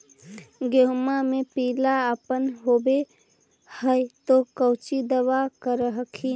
गोहुमा मे पिला अपन होबै ह तो कौची दबा कर हखिन?